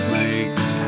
makes